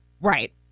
Right